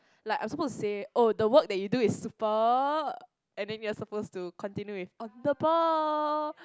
like I'm supposed to say oh the work that you do is super and then you are supposed to continue with on the ball